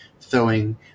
throwing